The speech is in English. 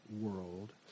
world